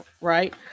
right